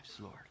Lord